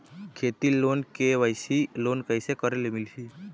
खेती loan KYC loan कइसे करे ले मिलही?